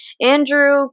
Andrew